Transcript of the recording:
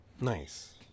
Nice